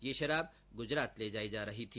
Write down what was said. ये शराब गुजरात ले जाई जा रही थी